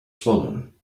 swollen